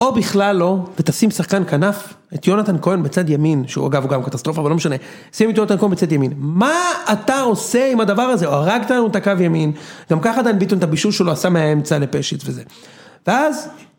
או בכלל לא, ותשים שחקן כנף, את יונתן כהן בצד ימין, שהוא אגב הוא גם קטסטרופה, אבל לא משנה, שים את יונתן כהן בצד ימין, מה אתה עושה עם הדבר הזה, הרגת לנו את הקו ימין, גם ככה דן ביטון את הבישול שלו עשה מהאמצע לפשט וזה. ואז...